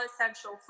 essential